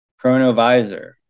Chronovisor